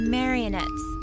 Marionettes